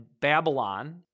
Babylon